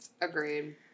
Agreed